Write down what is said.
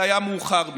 והיה מאוחר מדי.